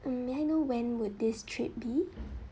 mm may I know when would this trip be